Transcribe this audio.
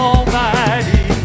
Almighty